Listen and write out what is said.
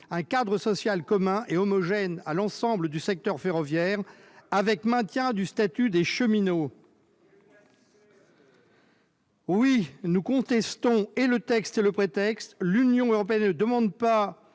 un cadre social commun et homogène à l'ensemble du secteur ferroviaire, avec maintien du statut des cheminots ? Que ne l'a-t-il fait ?... Oui, nous contestons et le texte, et le prétexte ; l'Union européenne ne demande pas